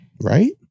Right